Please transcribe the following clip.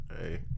Hey